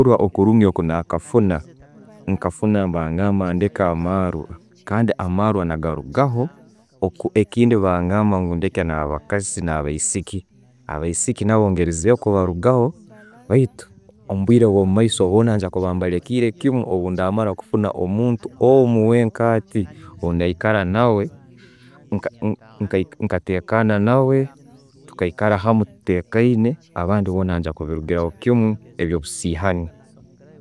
Okuhaburwa Okurungi nkwenakafuna, nkafuna bagamba ndeke amarwa kandi amarwa nagarugaho. Ekindi bangamba ngu ndeke abakazi na baisiiki. Abaisiiki nabwo ngerezeho kubarugaho baitu omubwire obwomumaiso boona, nyakuba mbalekeirekimu obundinamara okufuna omuntu omu wenka atti owenaikara nawe nkatekana naawe, tukaikara hamu tuteikaine abandi boona nenigya kubirugiraho kimu ebyo'kusiyana.